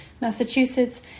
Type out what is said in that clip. Massachusetts